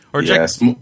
Yes